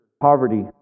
poverty